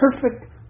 perfect